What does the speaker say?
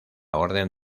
orden